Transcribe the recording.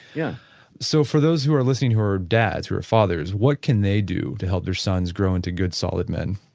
yeah so for those who are listening who are are dads, who are fathers what can they do to help their sons grow into good solid men?